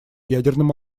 ядерным